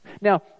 now